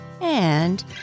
And